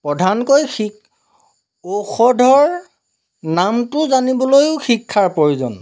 প্ৰধানকৈ ঔষধৰ নামটো জানিবলৈও শিক্ষাৰ প্ৰয়োজন